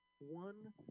one